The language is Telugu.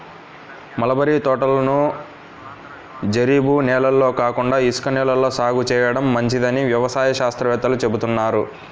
మలబరీ తోటలను జరీబు నేలల్లో కాకుండా ఇసుక నేలల్లో సాగు చేయడం మంచిదని వ్యవసాయ శాస్త్రవేత్తలు చెబుతున్నారు